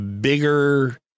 bigger